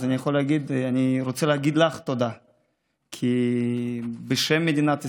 אז אני רוצה להגיד לך תודה בשם מדינת ישראל.